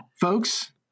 Folks